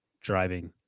driving